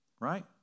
Right